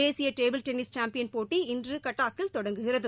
தேசிய table tennis champion போட்டி இன்று கட்டாக்கில் தொடங்குகிறது